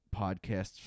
podcasts